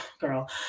girl